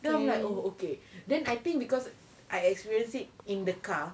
then I'm like oh okay then I think because I experience it in the car